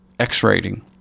x-rating